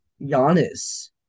Giannis